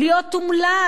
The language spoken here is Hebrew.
להיות אומלל,